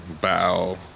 bow